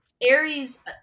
Aries